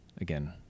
again